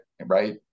right